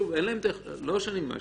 וזה לא שאני מאשים.